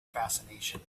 fascination